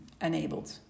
enabled